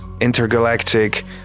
intergalactic